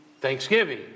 Thanksgiving